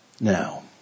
Now